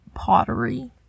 pottery